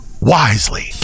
wisely